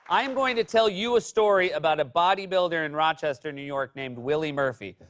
i am going to tell you a story about a bodybuilder in rochester, new york, named willie murphy.